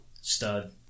stud